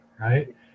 right